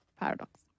paradox